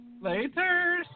later